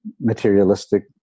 materialistic